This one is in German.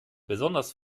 besonders